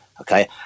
Okay